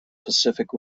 pacific